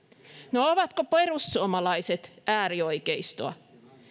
no ovatko perussuomalaiset äärioikeistoa